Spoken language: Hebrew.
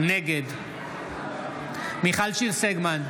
נגד מיכל שיר סגמן,